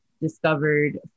discovered